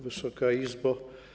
Wysoka Izbo!